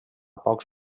pocs